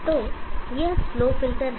तो यह slow filter है